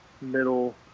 middle